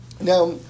Now